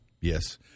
yes